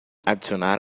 adicionar